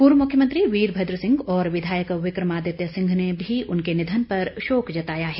पूर्व मुख्यमंत्री वीरभद्र सिंह और विधायक विक्रमादित्य सिंह ने भी उनके निधन पर शोक जताया है